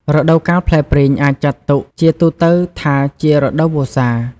រដូវកាលផ្លែព្រីង អាចចាត់ទុកជាទូទៅថាជា រដូវវស្សា។